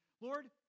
Lord